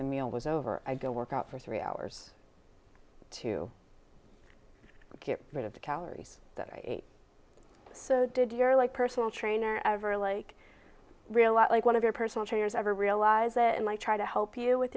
the meal was over i go work out for three hours to get rid of the calories that i ate so did your like personal trainer ever like real lot like one of your personal trainers ever realize it might try to help you with